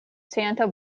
santa